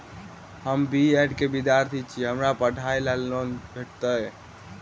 हम B Ed केँ विद्यार्थी छी, की हमरा पढ़ाई लेल लोन भेटतय?